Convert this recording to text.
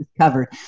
covered